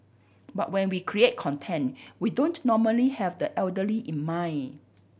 but when we create content we don't normally have the elderly in mind